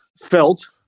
felt